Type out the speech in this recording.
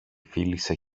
φίλησε